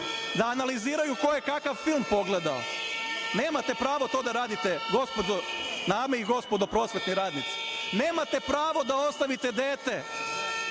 da analiziraju ko je kakav film pogledao. Nemate pravo to da radite, dame i gospodo prosvetni radnici. Nemate pravo da ostavite dete